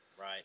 Right